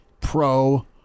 pro